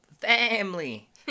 family